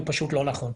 הוא פשוט לא נכון.